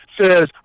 Says